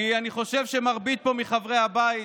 כי אני חושב שמרבית חברי הבית,